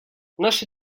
наша